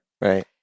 right